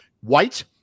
White